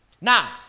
Now